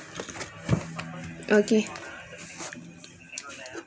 okay